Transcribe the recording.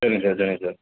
சரிங்க சார் சரிங்க சார்